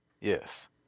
Yes